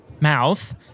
mouth